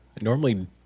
normally